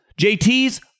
JTs